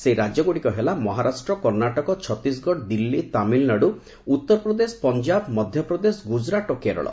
ସେହି ରାଜ୍ୟ ଗୁଡ଼ିକ ହେଲା ମହାରାଷ୍ଟ୍ର କର୍ଣ୍ଣାଟକ ଛତିଶଗଡ଼ ଦିଲ୍ଲୀ ତାମିଲନାଡୁ ଉତ୍ତରପ୍ରଦେଶ ପଞ୍ଜାବ ମଧ୍ୟପ୍ରଦେଶ ଗୁଜରାଟ ଓ କେରଳ